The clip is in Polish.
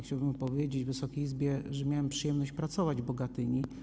Chciałbym powiedzieć Wysokiej Izbie, że miałem przyjemność pracować w Bogatyni.